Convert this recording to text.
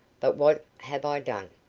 but what have i done?